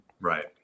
Right